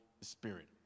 Spirit